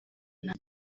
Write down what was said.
nta